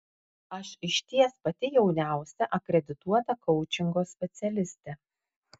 aš išties pati jauniausia akredituota koučingo specialistė